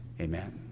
Amen